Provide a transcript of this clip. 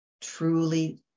truly